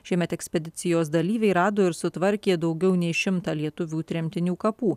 šiemet ekspedicijos dalyviai rado ir sutvarkė daugiau nei šimtą lietuvių tremtinių kapų